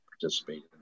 participate